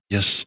Yes